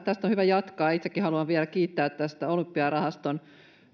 tästä on hyvä jatkaa itsekin haluan vielä kiittää tästä olympiarahaston